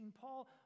Paul